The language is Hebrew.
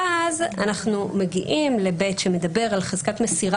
ואז אנחנו מגיעים ל-(ב) שמדבר על חזקת מסירה